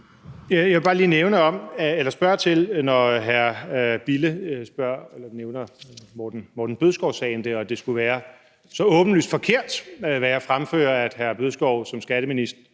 to, der har kunnet føres til dom. Når hr. Bille nævner Morten Bødskov-sagen, og at det skulle være så åbenlyst forkert, hvad jeg fremfører, at hr. Morten Bødskov som justitsminister